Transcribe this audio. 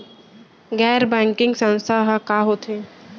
गैर बैंकिंग संस्था ह का होथे?